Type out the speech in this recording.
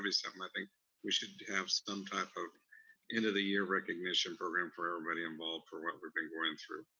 be something, i think we should have some type of end of the year recognition program for everybody involved for what we've been going through.